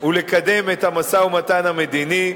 ולקדם את המשא-ומתן המדיני.